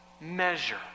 measure